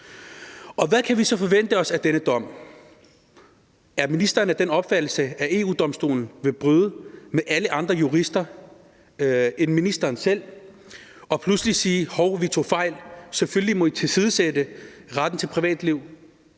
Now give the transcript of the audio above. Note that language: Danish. Og hvad kan vi så forvente os af denne dom? Er ministeren af den opfattelse, at EU-Domstolen vil bryde med alle andre jurister end ministeren selv og pludselig sige: Hov, vi tog fejl, selvfølgelig må I tilsidesætte retten til et privatliv,